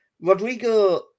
Rodrigo